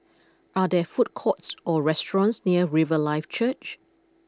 are there food courts or restaurants near Riverlife Church